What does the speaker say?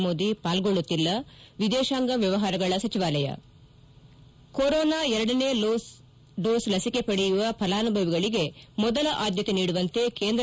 ಮೋದಿ ಪಾಲ್ಗೊಳ್ಳುತ್ತಿಲ್ಲ ವಿದೇಶಾಂಗ ವ್ಯವಹಾರಗಳ ಸಚಿವಾಲಯ ಕೊರೋನಾ ಎರಡನೇ ಡೋಸ್ ಲಸಿಕೆ ಪಡೆಯುವ ಫಲಾನುಭವಿಗಳಿಗೆ ಮೊದಲ ಆದ್ದತೆ ನೀಡುವಂತೆ ಕೇಂದ್ರ